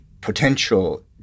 potential